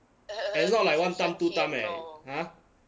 and is not like one time two time eh ah